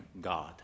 God